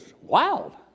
wild